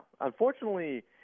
Unfortunately